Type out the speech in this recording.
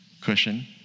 cushion